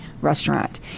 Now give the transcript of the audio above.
restaurant